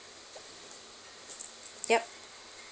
yup